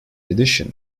addition